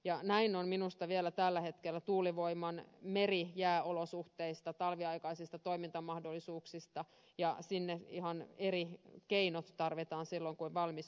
ja näin on minusta vielä tällä hetkellä tuulivoiman suhteen merijääolosuhteita talviaikaisia toimintamahdollisuuksia ajatellen ja sinne ihan eri keinot tarvitaan silloin kun on valmis syöttötariffi